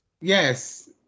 Yes